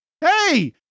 Hey